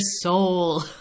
soul